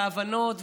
ההבנות,